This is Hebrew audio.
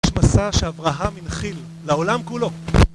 מסע שאברהם הנחיל לעולם כולו